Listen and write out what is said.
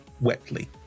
wetly